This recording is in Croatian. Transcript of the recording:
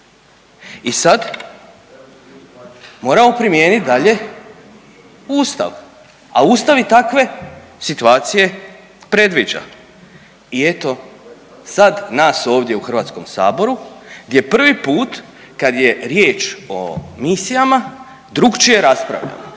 I sad moramo primijenit dalje Ustav, a Ustav i takve situacije predviđa. I eto sad nas ovdje u Hrvatskom saboru gdje prvi put kad je riječ o misijama drukčije raspravljamo.